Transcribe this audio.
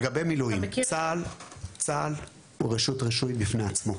לגבי מילואים, צה"ל הוא רשות רישוי בפני עצמו.